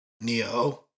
Neo